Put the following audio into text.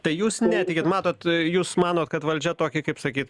tai jūs netikit matot jūs manot kad valdžia tokį kaip sakyt